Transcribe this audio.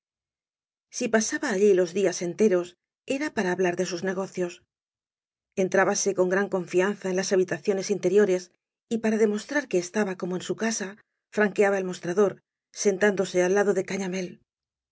si pasaba allí los días enteros era para hablar de bus negocios entrábase con gran confianza ea las habitaciones interiores y para demostrar que estaba como en su casa franqueaba el mostrador sentándose al lado de